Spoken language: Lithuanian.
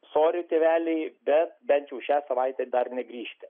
sori tėveliai bet bent jau šią savaitę dar negrįšite